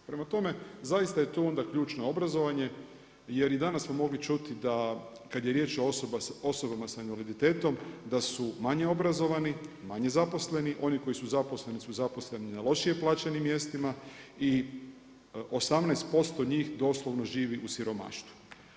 Prema tome, zaista je tu onda ključno obrazovanje jer i danas smo mogli čuti da kada je riječ o osobama sa invaliditetom da su manje obrazovani, manje zaposleni, oni koji su zaposleni su zaposleni na lošije plaćenim mjestima i 18% njih doslovno živi u siromaštvu.